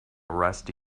rusty